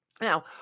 now